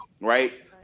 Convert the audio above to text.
right